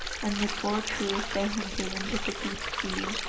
and the boar truith they hunted into the deep sea,